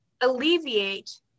alleviate